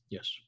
Yes